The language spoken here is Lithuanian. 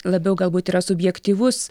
labiau galbūt yra subjektyvus